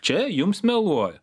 čia jums meluoja